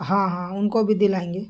ہاں ہاں ان کو بھی دلائیں گے